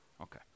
Okay